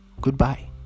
Goodbye